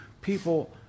people